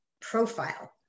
profile